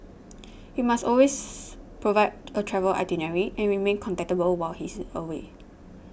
he must always provide a travel itinerary and remain contactable while he is away